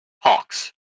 Hawks